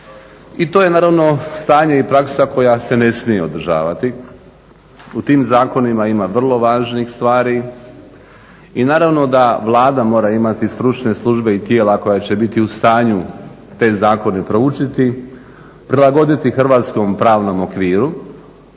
i to je naravno stanje i praksa koja se ne smije održavati. U tim zakonima ima vrlo važnih stvari. I naravno da Vlada mora imati stručne službe i tijela koja će biti u stanju te zakone proučiti, prilagoditi hrvatskom pravnom okviru